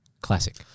classic